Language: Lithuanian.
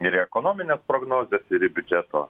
ir į ekonomines prognozes ir į biudžeto